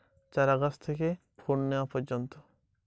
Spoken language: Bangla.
মরিচ ফলনের জন্য তার কোন কোন বৃদ্ধি পর্যায়ে বিশেষ নজরদারি প্রয়োজন?